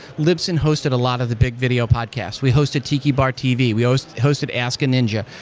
libsyn hosted a lot of the big video podcast. we hosted tiki bar tv. we ah so hosted ask a ninja.